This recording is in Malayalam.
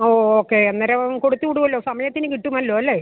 ഓ ഓക്കെ അന്നേരം കൊടുത്തു വിടുമല്ലോ സമയത്തിന് കിട്ടുമല്ലോ അല്ലേ